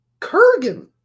Kurgan